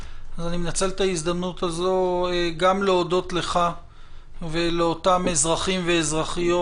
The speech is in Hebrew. ננצל את ההזדמנות הזאת גם להודות לך ולאותם אזרחים ואזרחיות,